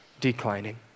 declining